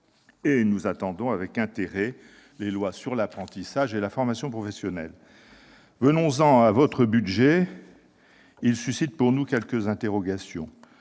Nous attendons avec intérêt les lois sur l'apprentissage et la formation professionnelle. Venons-en à votre budget. Il suscite, chez nous, quelques interrogations.